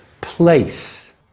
place